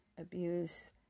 abuse